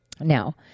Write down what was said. Now